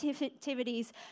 activities